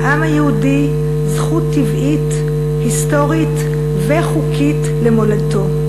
לעם היהודי זכות טבעית, היסטורית וחוקית למולדתו.